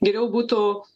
geriau būtų